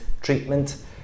treatment